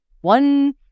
one